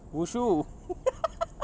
wushu